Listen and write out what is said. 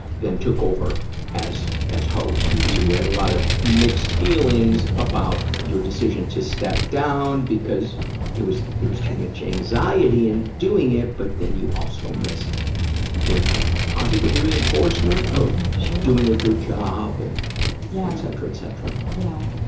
then took over as, as host. and so, you had a lot of mixed feelings about your decision to step down, because it was, there was too much anxiety in doing it, but then you also missed the positive reinforcement of doing a good job and yeah etcetera, etcetera. yeah,